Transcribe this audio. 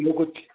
ॿियो कुझु